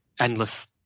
endless